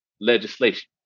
legislation